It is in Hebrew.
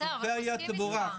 בסדר, אבל הוא מסכים איתך.